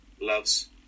loves